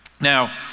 Now